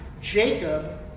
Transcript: Jacob